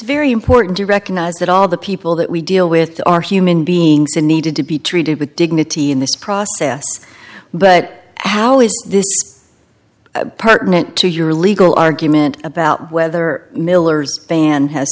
very important to recognize that all the people that we deal with are human beings and needed to be treated with dignity in this process but how is this apartment to your legal argument about whether miller's ban has